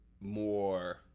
more